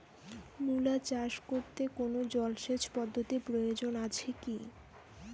মূলা চাষ করতে কোনো জলসেচ পদ্ধতির প্রয়োজন আছে কী?